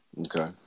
Okay